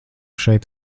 šeit